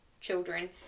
children